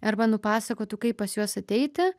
arba nupasakotų kaip pas juos ateiti